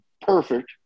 perfect